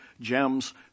gems